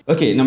Okay